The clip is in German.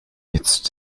jetzt